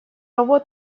кого